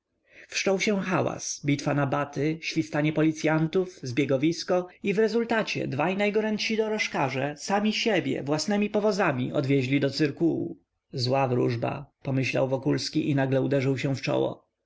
wszczął się hałas bitwa na baty świstanie policyantów zbiegowisko i w rezultacie dwaj najgorętsi dorożkarze sami siebie własnemi powozami odwieźli do cyrkułu zła wróżba pomyślał wokulski i nagle uderzył się w czoło